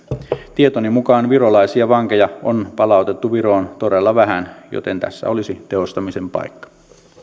tietoni mukaan virolaisia vankeja on palautettu viroon todella vähän joten tässä olisi tehostamisen paikka